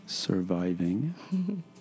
Surviving